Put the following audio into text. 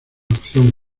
acción